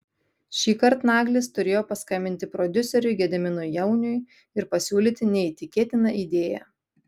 šįkart naglis turėjo paskambinti prodiuseriui gediminui jauniui ir pasiūlyti neįtikėtiną idėją